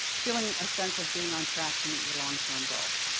feeling a sense of being on track to meet your long-term goals.